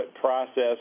process